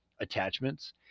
attachments